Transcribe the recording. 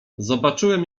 zobaczyłem